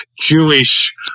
Jewish